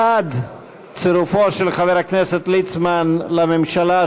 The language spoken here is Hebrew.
בעד צירופו של חבר הכנסת ליצמן לממשלה,